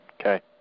okay